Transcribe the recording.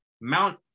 Mount